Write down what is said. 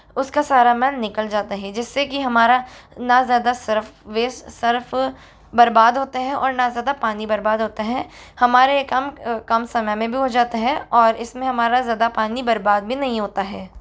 उसका सारा मैल निकल जाता है जिससे कि हमारा ना ज़्यादा सरफ़ वेस्ट सरफ़ बर्बाद होते हैं और ना ज़्यादा पानी बर्बाद होते हैं हमारे ये काम कम समय में भी हो जाता हैं और इसमें हमारा ज़्यादा पानी बर्बाद भी नहीं होता है